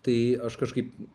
tai aš kažkaip